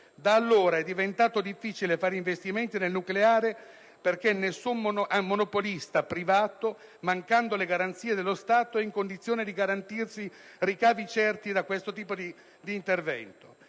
Da allora è diventato difficile fare investimenti nel nucleare, perché nessun monopolista privato, mancando le garanzie dello Stato, è in condizione di garantirsi ricavi certi da questo tipo di intervento.